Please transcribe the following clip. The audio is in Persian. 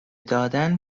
دادن